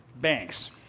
banks